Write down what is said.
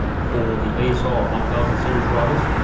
for the asr one thousand series routers,